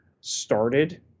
started